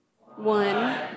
One